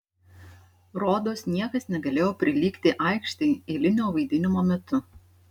rodos niekas negalėjo prilygti aikštei eilinio vaidinimo metu